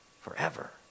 forever